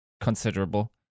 considerable